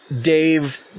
Dave